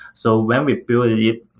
so when we built it,